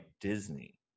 Disney